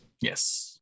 Yes